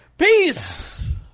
Peace